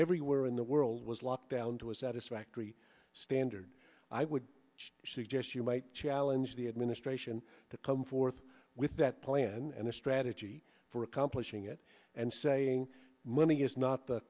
everywhere in the world was locked down to a satisfactory standard i would suggest you might challenge the administration to come forth with that plan and a strategy for accomplishing it and saying money is not the